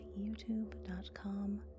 youtube.com